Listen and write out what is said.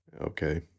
Okay